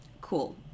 cool